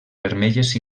vermelles